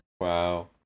Wow